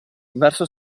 verso